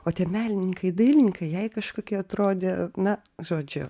o tie menininkai dailininkai jai kažkokie atrodė na žodžiu